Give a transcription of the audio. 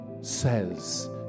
says